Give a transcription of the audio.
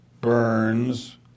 Burns